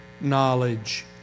knowledge